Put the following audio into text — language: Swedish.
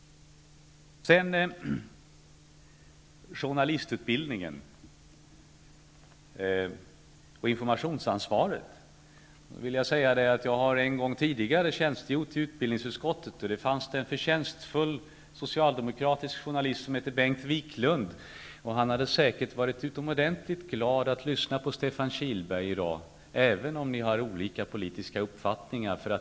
Sedan till journalistutbildningen och informationsansvaret. Jag har en gång tidigare tjänstgjort i utbildningsutskottet då där fanns en förtjänstfull socialdemokratisk journalist som hette Bengt Wiklund. Han hade säkert varit utomordentligt glad om han i dag hade lyssnat till Stefan Kihlberg, även om ni har olika politiska uppfattningar.